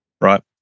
right